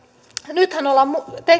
nythän ollaan